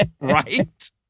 Right